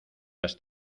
has